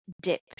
Dip